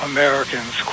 Americans